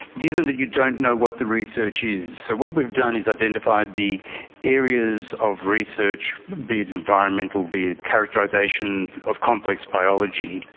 given that you don't know what the research is? so what we've done is identified the areas of research, be it environmental, be it characterisation of complex biology,